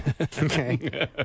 Okay